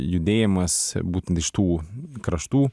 judėjimas būtent iš tų kraštų